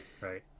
right